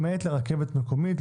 למעט לרכבת מקומית,